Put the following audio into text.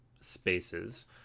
spaces